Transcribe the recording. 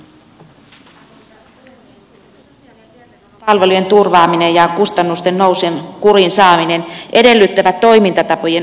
sosiaali ja terveydenhuollon palvelujen turvaaminen ja kustannusten nousun kuriin saaminen edellyttävät toimintatapojen uudistamista